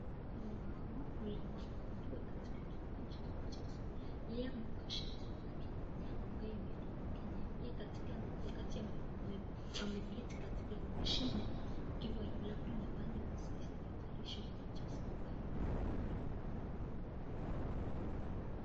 Kuna mama mlemavu akiwa katika kiwanja ya mchezo, yeye amevaa shati lake ambayo imeandikwa Kenya, yeye wakati ameketi katika hiyo mashini akiwa labda anafanya mazoezi akitayarisha kwa mchezo ambayo iko hapo karibuni.